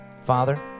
Father